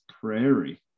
Prairie